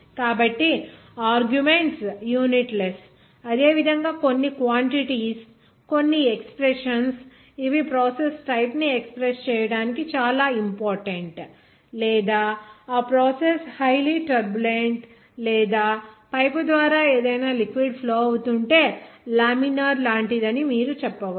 కాబట్టి arguments unitless అదే విధంగా కొన్ని క్వాంటిటీస్ కొన్ని ఎక్స్ప్రెషన్స్ ఇవి ప్రాసెస్ టైప్ ని ఎక్స్ ప్రెస్ చేయడానికి చాలా ఇంపార్టెంట్ లేదా ఆ ప్రాసెస్ హైలీ టర్బులెంట్ లేదా పైపు ద్వారా ఏదైనా లిక్విడ్ ఫ్లో అవుతుంటే లామినార్ లాంటిదని మీరు చెప్పవచ్చు